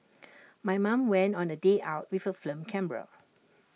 my mom went on A day out with A film camera